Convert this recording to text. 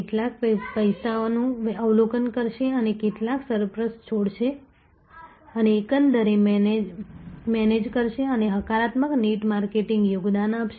કેટલાક પૈસાનું અવલોકન કરશે અને કેટલાક સરપ્લસ છોડશે અને એકંદર મેનેજ કરશે અને હકારાત્મક નેટ માર્કેટિંગ યોગદાન આપશે